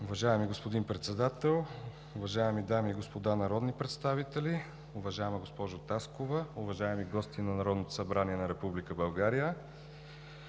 Уважаеми господин Председател, уважаеми дами и господа народни представители, уважаема госпожо Таскова, уважаеми гости на Народното събрание на Република България!